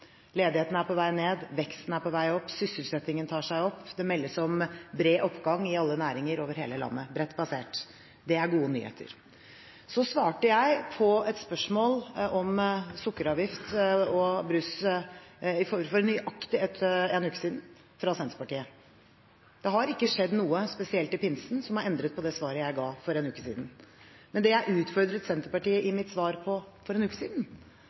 Ledigheten er på vei ned, veksten er på vei opp, sysselsettingen tar seg opp, det meldes om bred oppgang i alle næringer over hele landet – bredt basert. Det er gode nyheter. Jeg svarte på et spørsmål om sukkeravgift og brus for nøyaktig én uke siden, fra Senterpartiet. Det har ikke skjedd noe spesielt i pinsen som har endret på det svaret jeg ga for en uke siden. Men det jeg utfordret Senterpartiet på i mitt svar for en uke siden,